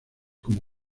como